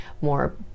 more